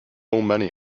many